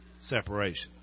separation